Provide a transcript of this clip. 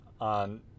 on